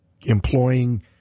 employing